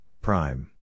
prime